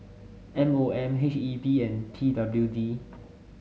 M O M H E B and P W D